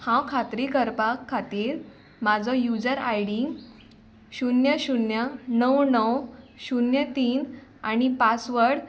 हांव खात्री करपा खातीर म्हाजो यूजर आय डी शुन्य शुन्य णव णव शुन्य तीन आनी पासवर्ड